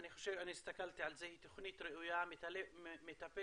הסתכלתי על זה, היא תוכנית ראויה, מטפלת